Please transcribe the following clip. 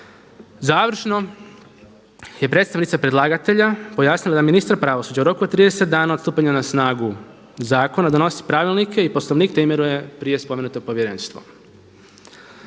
Završno je predstavnica predlagatelja pojasnila da ministar pravosuđa u roku od 30 dana od stupanja na snagu zakona donosi pravilnik i poslovnik, te imenuje prije spomenuto povjerenstvo.